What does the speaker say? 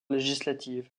législatives